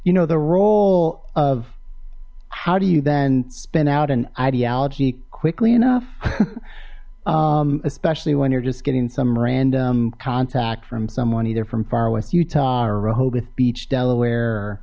you know the role of how do you then spin out an ideology quickly enough especially when you're just getting some random contact from someone either from far west utah or rehoboth beach delaware